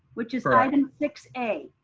which is item six a,